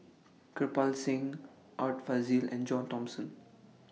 Kirpal Singh Art Fazil and John Thomson